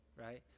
right